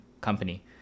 company